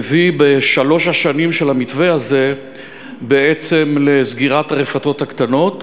מביא בשלוש השנים של המתווה הזה בעצם לסגירת הרפתות הקטנות,